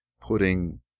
putting